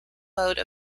mode